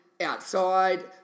outside